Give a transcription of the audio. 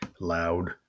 loud